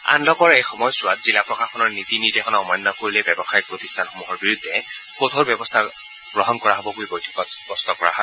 আনলকৰ এই সময়ছোৱাত জিলা প্ৰশাসনৰ নীতি নিৰ্দেশনা অমান্য কৰিলে ব্যৱসায়িক প্ৰতিষ্ঠানসমূহৰ বিৰুদ্ধে কঠোৰ ব্যৱস্থা গ্ৰহণ কৰা হ'ব বুলি বৈঠকত স্পষ্ট কৰা হয়